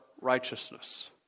righteousness